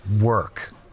work